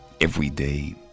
everyday